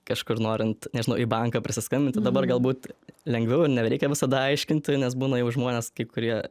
kažkur norint nežinau į banką prisiskambinti dabar galbūt lengviau nebereikia visada aiškinti nes būna jau žmonės kai kurie